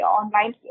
online